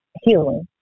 healing